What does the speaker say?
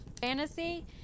fantasy